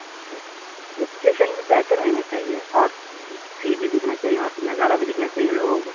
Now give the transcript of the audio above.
اچھا لوکٹیشن بھی بہتر رہنا چاہیے اور ٹھیک بھی دکھنا چاہیے وہاں پہ نظارہ بھی دکھنا چاہیے لوگوں کو